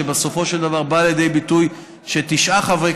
שבסופו של דבר באה לידי ביטוי בכך שתשעה חברי